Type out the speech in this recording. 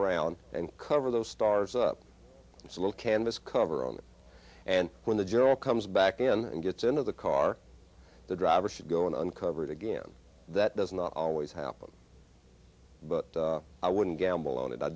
around and cover those stars up so we'll canvas cover on that and when the general comes back in and gets into the car the driver should go in uncovered again that does not always happen but i wouldn't gamble on it i